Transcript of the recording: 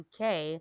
UK